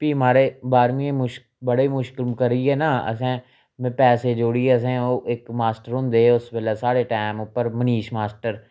फ्ही महाराज बाह्रमीं मुश्कल बड़े मुश्कल करियै न असें पैसे जोड़ियै असें ओह् इक मास्टर होंदे हे उस बेल्लै साढ़े टैम उप्पर मनीश मास्टर